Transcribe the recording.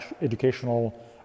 educational